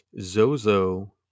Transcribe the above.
Zozo